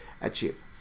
achieve